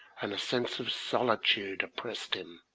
and a sense of solitude oppressing him,